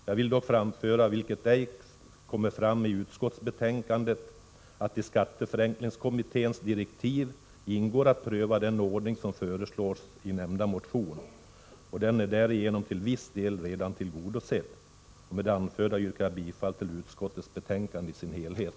Jag vill dock framföra, vilket ej kommer fram i utskottsbetänkandet, att i skatteförenklingskommitténs direktiv ingår att pröva den ordning som föreslås i nämnda motion. Den är därigenom till viss del redan tillgodosedd. Med det anförda yrkar jag bifall till utskottets hemställan i dess helhet.